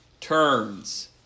turns